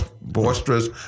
boisterous